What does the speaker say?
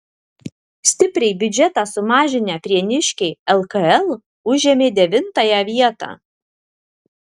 stipriai biudžetą sumažinę prieniškiai lkl užėmė devintąją vietą